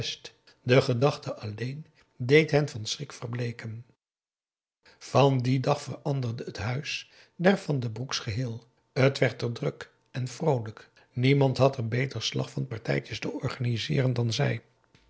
de gedachte alleen deed hen van schrik verbleeken van dien dag veranderde het huis der van den broek's geheel het werd er druk en vroolijk niemand had er beter slag van partijtjes te organiseeren dan zij